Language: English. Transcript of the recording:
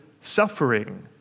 suffering